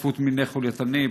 צפיפות מיני חולייתנים,